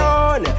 on